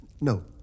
No